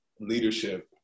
leadership